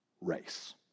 race